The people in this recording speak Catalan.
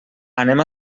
anem